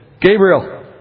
Gabriel